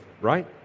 right